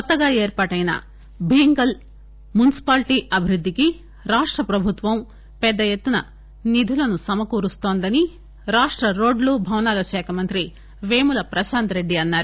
కొత్తగా ఏర్పాటైన భీంగల్ మున్సిపాలిటీ అభివృద్ధికి రాష్ట్ర ప్రభుత్వం పెద్ద ఎత్తున నిధులను సమకూరుస్తోందనిరాష్ట్ర రోడ్లు భవనాల శాఖ మంత్రి పేముల ప్రశాంత్ రెడ్డి అన్నారు